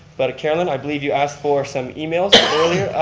but carolynn i believe you asked for some emails earlier,